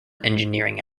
engineering